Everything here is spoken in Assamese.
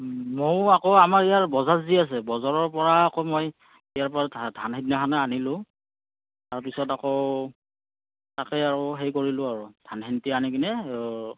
মইও আকৌ আমাৰ ইয়াৰ বজাৰ যি আছে বজাৰৰ পৰা আকৌ মই ধান সিদিনাখনেই আনিলোঁ তাৰপিছত আকৌ তাকে আৰু হেৰি কৰিলোঁ আৰু ধানখিনিতে আনিপিনি